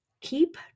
Keep